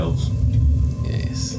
Yes